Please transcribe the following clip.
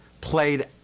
played